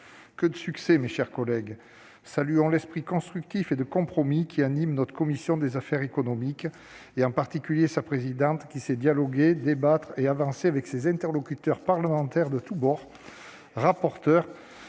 Que de succès, mes chers collègues !